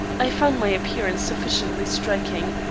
i found my appearance sufficiently striking.